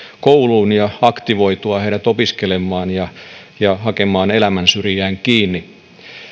kouluun ja aktivoitua heidät opiskelemaan ja hakemaan elämänsyrjään kiinni